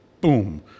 boom